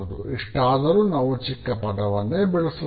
ಇಷ್ಟಾದರೂ ನಾವು ಚಿಕ್ಕ ಪದವನ್ನೇ ಬಳಸುತ್ತೇವೆ